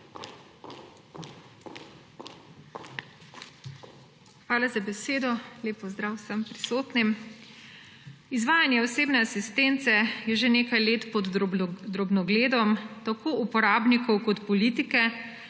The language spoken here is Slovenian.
Hvala za besedo, lep pozdrav vsem prisotnim! Izvajanje osebne asistence je že nekaj let pod drobnogledom tako uporabnikov kot politike,